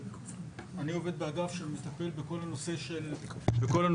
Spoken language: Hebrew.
אני עובד באגף שמטפל בכל הנושא של הקמת